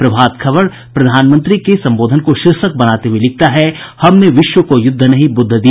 प्रभात खबर प्रधानमंत्री के संबोधन को शीर्षक बनाते हुए लिखता है हमने विश्व को युद्ध नहीं बुद्ध दिया